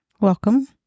welcome